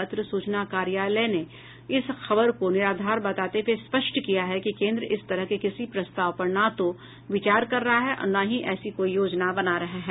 पत्र सूचना कार्यालय ने इस खबर को निराधार बताते हुये स्पष्ट किया है कि केन्द्र इस तरह के किसी प्रस्ताव पर न तो विचार कर रहा है और न ही ऐसी कोई योजना बना रहा है